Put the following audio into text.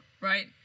right